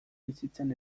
bizitzan